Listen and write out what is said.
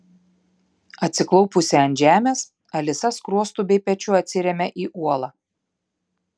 atsiklaupusi ant žemės alisa skruostu bei pečiu atsiremia į uolą